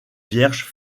vierges